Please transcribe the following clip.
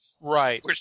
Right